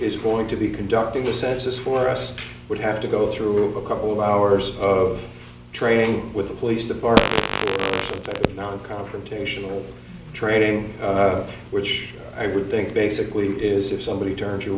is going to be conducting the census for us would have to go through a couple of hours of training with the police the bar non confrontational training which i would think basically is if somebody turns you